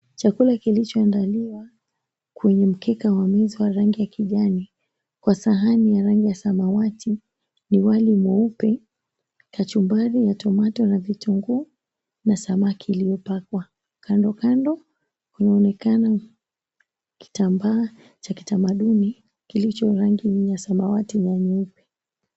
Chakula kilichoandaliwa kwenye mikeka wa meza wa rangi ya kijani, kwa sahani ya rangi ya samawati ni wali mweupe , kachumbari ya tomatoe na vitunguu na samaki iliyopakwa. Kandokando kunaonekana kitambaa cha kitamaduni kilicho rangi ya samawati na nyeupe.